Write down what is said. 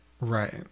right